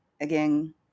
Again